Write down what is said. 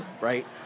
right